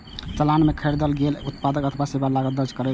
चालान मे खरीदल गेल उत्पाद अथवा सेवा के लागत दर्ज रहै छै